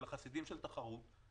אלא חסידים של תחרות,